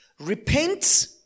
Repent